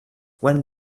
when